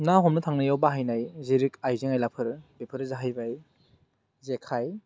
ना हमनो थांनायाव बाहायनाय जेरै आइजें आइलाफोर बेफोरो जाहैबाय जेखाइ